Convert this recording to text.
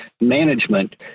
management